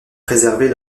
préserver